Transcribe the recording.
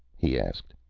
he asked.